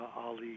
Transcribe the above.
Ali